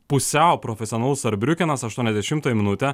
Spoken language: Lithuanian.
pusiau profesionalus sarbriukenas aštuoniasdešimtąją minutę